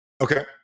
Okay